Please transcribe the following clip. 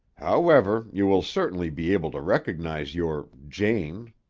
however, you will certainly be able to recognize your jane,